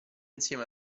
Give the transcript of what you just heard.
insieme